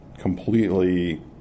completely